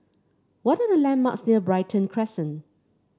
what are the landmarks near Brighton Crescent